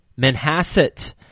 Manhasset